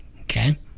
Okay